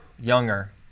Younger